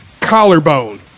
collarbone